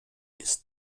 ist